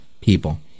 people